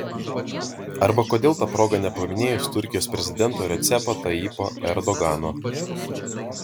arba kodėl ta proga nepaminėjus turkijos prezidento recepo tayyipo erdogano